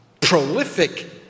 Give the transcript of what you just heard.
prolific